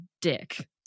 dick